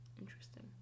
Interesting